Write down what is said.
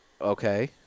Okay